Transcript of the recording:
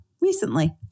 recently